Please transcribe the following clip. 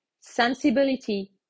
sensibility